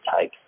take